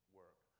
work